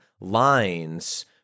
lines